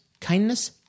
Kindness